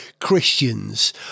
christians